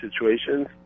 situations